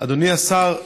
אדוני השר,